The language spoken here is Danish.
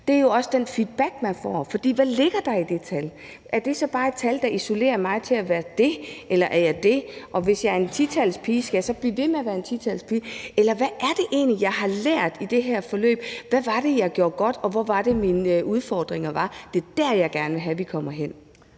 er jo også den feedback, man får. For hvad ligger der i det tal? Er det så bare et tal, der isolerer mig til at være det eller det, og hvis jeg er en 10-talspige, skal jeg så blive ved med at være en 10-talspige? Hvad var det egentlig, jeg lærte i det her forløb? Hvad var det, jeg gjorde godt, og hvor var det, at mine udfordringer var? Det er der, jeg gerne vil have vi kommer hen.